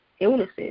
illnesses